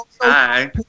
Hi